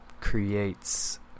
creates